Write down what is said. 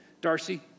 darcy